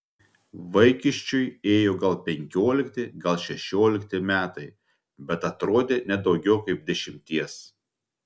vaikiščiui ėjo gal penkiolikti gal šešiolikti metai bet atrodė ne daugiau kaip dešimties